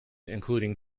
including